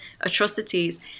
atrocities